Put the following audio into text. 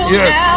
yes